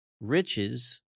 riches